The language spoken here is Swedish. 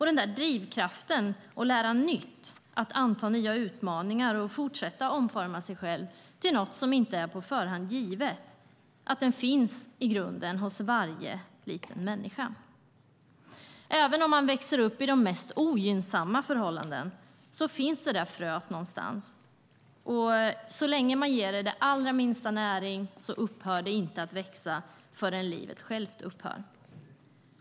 Den där drivkraften att lära nytt, anta nya utmaningar och fortsätta omforma sig själv till något som inte är på förhand givet finns i grunden hos varje liten människa. Även om man växer upp under de mest ogynnsamma förhållandena finns det där fröet någonstans, och så länge man ger det den allra minsta näring upphör det inte att växa förrän livet självt upphör.